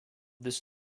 this